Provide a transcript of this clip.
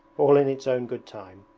all in its own good time